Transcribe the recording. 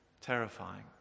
Terrifying